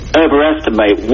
overestimate